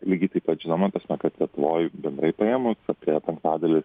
lygiai taip pat žinoma ta prasme kad lietuvoj bendrai paėmus apie penktadalis